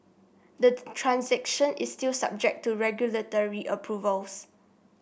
the transaction is still subject to regulatory approvals